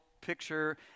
picture